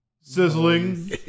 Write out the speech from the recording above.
sizzling